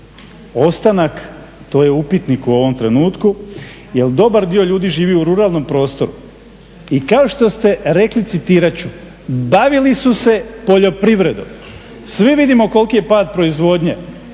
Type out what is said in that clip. ostanak to je upitnik u ovom trenutku jel dobar dio ljudi živi u ruralnom prostoru. I kao što ste rekli, citirat ću: "Bavili su se poljoprivredom.", svi vidimo koliki je pad proizvodnje